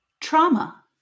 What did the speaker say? trauma